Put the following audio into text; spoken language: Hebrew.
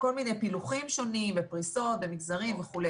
כל מיני פילוחים שונים בפריסות, במגזרים וכו'.